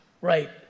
Right